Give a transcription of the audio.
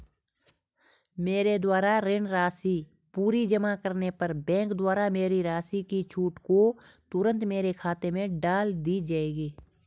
मेरे द्वारा ऋण राशि पूरी जमा करने पर बैंक द्वारा मेरी राशि की छूट को तुरन्त मेरे खाते में डाल दी जायेगी?